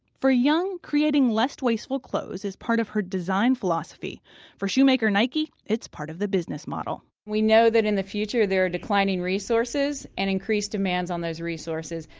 for young, creating less wasteful clothes is part of her design philosophy for shoemaker nike, it's part of the business model. we know that in the future there are declining resources and increasing demand on those resources,